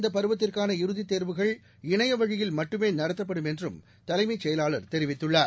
இந்தப் பருவத்திற்கான இறுதித் தேர்வுகள் இணையவழியில் மட்டுமேநடத்தப்படும் என்றும் தலைமைச் செயலாளர் தெரிவித்துள்ளார்